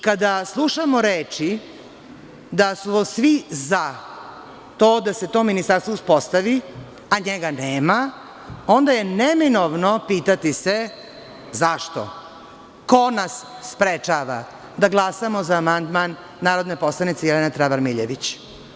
Kada slušamo reči da smo svi za to da se to ministarstvo uspostavi, a njega nema, onda je neminovno pitati se – zašto, ko nas sprečava da glasamo za amandman narodne poslanice Jelene Travar Miljević?